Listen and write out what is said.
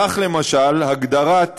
כך למשל הגדרת "גלגינוע"